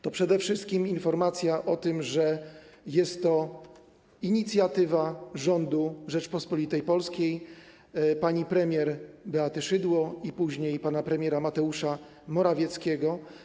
To przede wszystkim informacja o tym, że jest to inicjatywa rządu Rzeczypospolitej Polskiej, pani premier Beaty Szydło i później pana premiera Mateusza Morawieckiego.